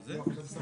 אדוני היושב ראש,